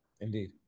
Indeed